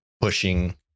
pushing